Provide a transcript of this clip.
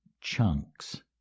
chunks